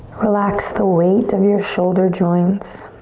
relax the weight of your shoulder joints.